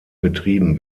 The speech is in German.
betrieben